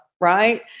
right